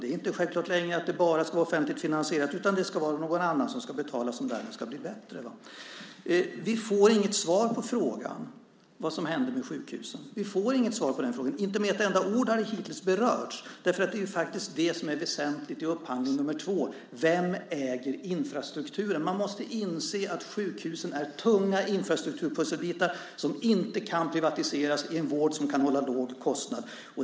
Det är inte längre självklart att vården enbart ska vara offentligt finansierad, utan någon annan ska betala om den ska bli bättre. Vi får inget svar på frågan vad som händer med sjukhusen. Inte med ett enda ord har det hittills berörts trots att det i upphandling nummer två är väsentligt vem som äger infrastrukturen. Man måste inse att sjukhusen är tunga infrastrukturpusselbitar som inte kan privatiseras i en vård som kan hålla låga kostnader.